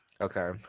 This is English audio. Okay